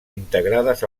integrades